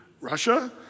Russia